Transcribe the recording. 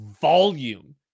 volume